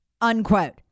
unquote